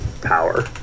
power